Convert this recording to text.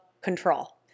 control